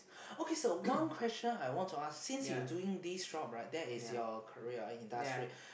okay so one question I want to ask since you doing this job right that is your career your industry